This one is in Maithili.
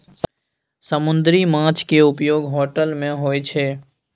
समुन्दरी माछ केँ उपयोग होटल मे होइ छै